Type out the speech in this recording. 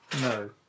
No